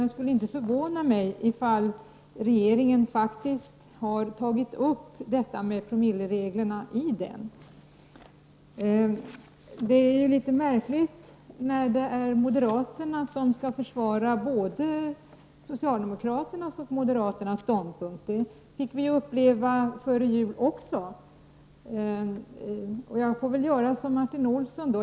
Det skulle inte förvåna mig ifall regeringen faktiskt har tagit upp frågan om promillereglerna i den. Det är litet märkligt att moderaterna skall försvara både socialdemokraternas och moderaternas ståndpunkt. Det fick vi uppleva före jul också. Jag får väl göra som Martin Olsson.